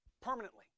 permanently